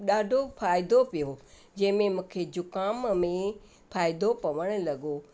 ॾाढो फ़ाइदो पियो जंहिंमें मूंखे जुखाम में फ़ाइदो पवणु लॻो